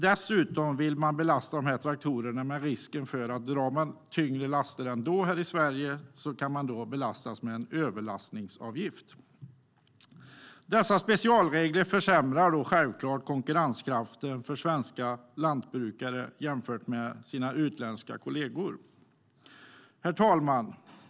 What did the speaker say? Dessutom blir risken med dessa traktorer att om de drar tyngre laster kan de belastas med en överlastningsavgift. Dessa specialregler försämrar självklart konkurrenskraften för svenska lantbrukare jämfört med deras utländska kollegor. Herr talman!